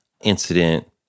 incident